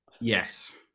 Yes